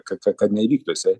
kad kad nevyktų jisai